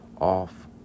off